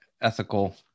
ethical